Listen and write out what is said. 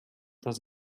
does